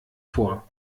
vor